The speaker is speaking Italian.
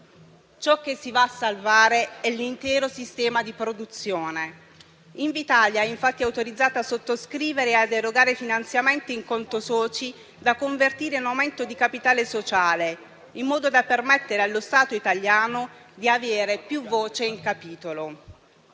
Ciò che si va a salvare è l'intero sistema di produzione. Invitalia, infatti, è autorizzata a sottoscrivere e a erogare finanziamenti in conto soci da convertire in aumento di capitale sociale, in modo da permettere allo Stato italiano di avere più voce in capitolo.